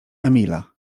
emila